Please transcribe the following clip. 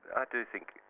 i do think,